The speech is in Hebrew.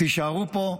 תישארו פה.